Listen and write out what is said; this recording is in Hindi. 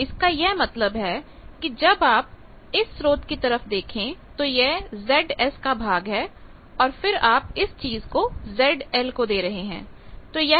इसका यह मतलब है कि जब आप इस स्रोत की तरफ देखें तो ये Zs का भाग है और फिर आप इस चीज को ZL को दे रहे हैं